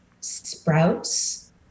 sprouts